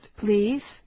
please